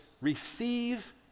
receive